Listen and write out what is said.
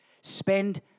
Spend